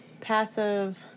Passive